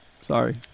sorry